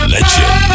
Legend